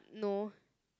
no